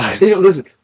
Listen